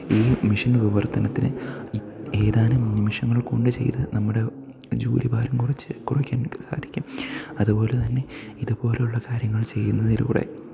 ഈ മെഷീൻ വിവർത്തനത്തിന് ഈ ഏതാനും നിമിഷങ്ങൾ കൊണ്ട് ചെയ്ത് നമ്മുടെ ജോലിഭാരം കുറച്ച് കുറയ്ക്കാനായിട്ട് സാധിക്കും അതുപോലെതന്നെ ഇതുപോലുള്ള കാര്യങ്ങൾ ചെയ്യുന്നതിലൂടെ